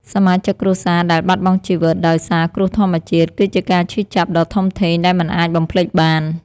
សមាជិកគ្រួសារដែលបាត់បង់ជីវិតដោយសារគ្រោះធម្មជាតិ គឺជាការឈឺចាប់ដ៏ធំធេងដែលមិនអាចបំភ្លេចបាន។